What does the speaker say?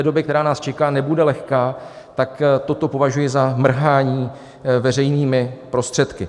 Doba, která nás čeká, nebude lehká, tak toto považuji za mrhání veřejnými prostředky.